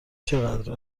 چقدر